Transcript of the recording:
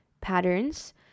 patterns